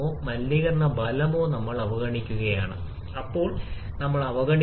അതിനാൽ സിപിയും സിവിയും തമ്മിലുള്ള വ്യത്യാസം എല്ലായ്പ്പോഴും സ്ഥിരമായിരിക്കും